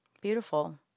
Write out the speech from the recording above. Beautiful